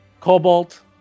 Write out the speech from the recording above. Cobalt